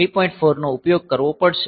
4 નો ઉપયોગ કરવો પડશે